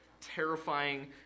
terrifying